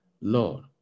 Lord